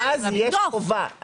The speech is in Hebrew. שהממשלה לא השלימה אותם אז יש חובה,